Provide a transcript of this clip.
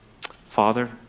Father